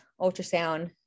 ultrasound